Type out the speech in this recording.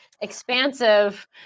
expansive